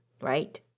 right